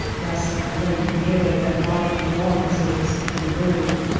dust-laden air that lie along the surface of the earth.